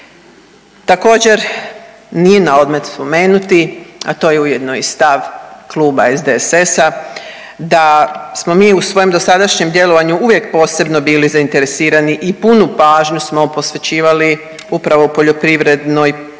Također nije na odmet spomenuti, a to je ujedno i stav Kluba SDSS-a da smo mi u svojem dosadašnjem djelovanju uvijek posebno bili zainteresirani i punu pažnju smo posvećivali upravo poljoprivrednoj,